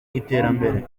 iterambere